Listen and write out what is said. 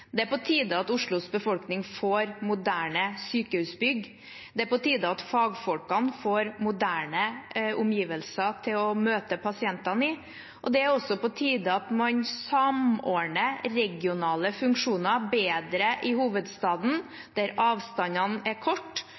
Det er på tide at Oslos befolkning får moderne sykehusbygg. Det er på tide at fagfolkene får moderne omgivelser å møte pasientene i. Det er også på tide at man samordner regionale funksjoner bedre i hovedstaden, der avstandene er